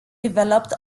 developed